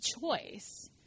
choice